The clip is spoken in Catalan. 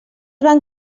van